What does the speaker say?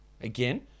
again